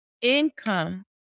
income